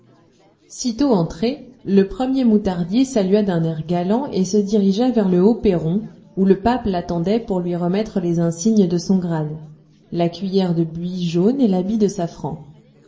sitôt entré le premier moutardier salua d'un air galant et se dirigea vers le haut perron où le pape l'attendait pour lui remettre les insignes de son grade la cuiller de buis jaune et l'habit de safran